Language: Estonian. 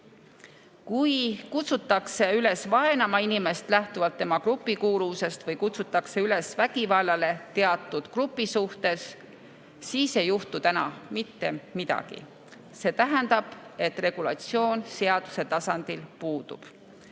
Kui kutsutakse üles vaenama inimest lähtuvalt tema grupikuuluvusest või kutsutakse üles vägivallale teatud grupi suhtes, siis ei juhtu praegu mitte midagi. See tähendab, et regulatsioon seaduse tasandil puudub.